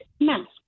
mask